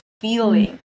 feeling